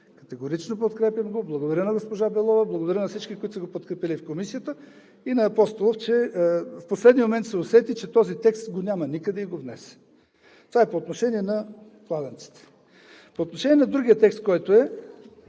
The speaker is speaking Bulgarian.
Категорично го подкрепям. Благодаря на госпожа Белова, благодаря на всички, които са го подкрепили в Комисията, и на Апостолов, че в последния момент се усети, че този текст го няма никъде и го внесе. Това е по отношение на кладенците. По отношение на другия текст, който е